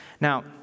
Now